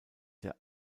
der